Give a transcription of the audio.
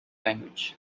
language